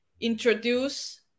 introduce